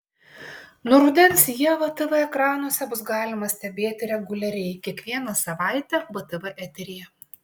nuo rudens ievą tv ekranuose bus galima stebėti reguliariai kiekvieną savaitę btv eteryje